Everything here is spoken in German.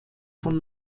von